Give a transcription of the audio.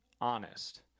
honest